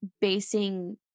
basing